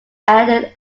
ended